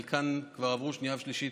חלקן כבר עברו שנייה ושלישית,